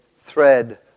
thread